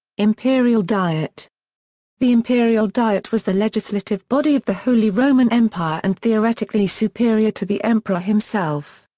imperial diet the imperial diet was the legislative body of the holy roman empire and theoretically superior to the emperor himself.